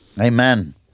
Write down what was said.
Amen